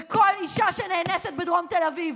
וכל אישה שנאנסת בדרום תל אביב,